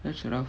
that's rough